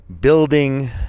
building